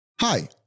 Hi